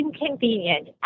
inconvenient